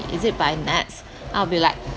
is it by NETS I will be like